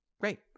Great